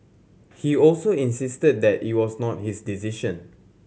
he also insisted that it was not his decision